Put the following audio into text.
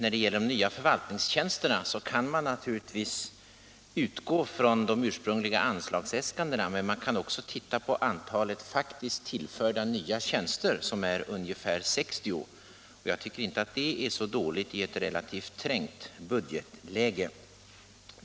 Då det gäller de nya förvaltningstjänsterna kan man naturligtvis utgå från de ursprungliga anslagsäskandena, men man kan också se på antalet faktiskt tillförda nya tjänster som är ungefär 60. Jag tycker inte att det är så dåligt i ett relativt trängt budgetläge.